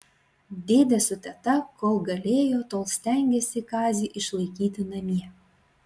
dėdė su teta kol galėjo tol stengėsi kazį išlaikyti namie